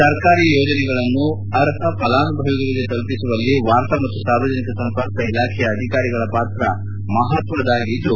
ಸರ್ಕಾರಿ ಯೋಜನೆಗಳನ್ನು ಅರ್ಹ ಫಲಾನುಭವಿಗಳಿಗೆ ತಲುಪಿಸುವಲ್ಲಿ ವಾರ್ತಾ ಮತ್ತು ಸಾರ್ವಜನಿಕ ಸಂಪರ್ಕ ಇಲಾಖೆಯ ಅಧಿಕಾರಿಗಳ ಪಾತ್ರ ಮಹತ್ವದ್ದಾಗಿದ್ದು